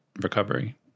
recovery